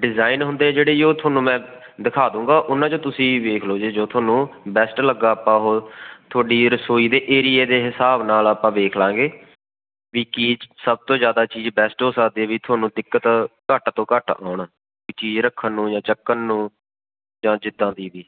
design ਹੁੰਦੇ ਜਿਹੜੇ ਜੀ ਉਹ ਤੁਹਾਨੂੰ ਮੈਂ ਦਿਖਾ ਦਊਂਗਾ ਉਹਨਾਂ 'ਚੋਂ ਤੁਸੀਂ ਵੇਖ ਲਓ ਜੇ ਜੋ ਤੁਹਾਨੂੰ ਬੈਸਟ ਲੱਗਾ ਆਪਾਂ ਉਹ ਤੁਹਾਡੀ ਰਸੋਈ ਦੇ ਏਰੀਏ ਦੇ ਹਿਸਾਬ ਨਾਲ ਆਪਾਂ ਵੇਖ ਲਾਂਗੇ ਵੀ ਕੀ ਸਭ ਤੋਂ ਜ਼ਿਆਦਾ ਚੀਜ਼ ਬੈਸਟ ਹੋ ਸਕਦੀ ਵੀ ਉਹ ਤੁਹਾਨੂੰ ਦਿੱਕਤ ਘੱਟ ਤੋਂ ਘੱਟ ਆਉਣ ਵੀ ਚੀਜ਼ ਰੱਖਣ ਨੂੰ ਜਾਂ ਚੱਕਣ ਨੂੰ ਜਾਂ ਜਿੱਦਾਂ ਦੀ ਵੀ